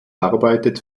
arbeitet